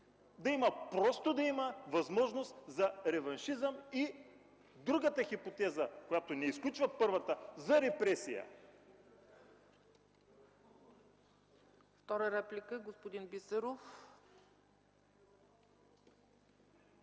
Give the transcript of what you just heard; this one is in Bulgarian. Просто да има възможност за реваншизъм и другата хипотеза, която не изключва първата – за репресия.